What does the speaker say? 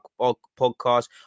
podcast